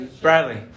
Bradley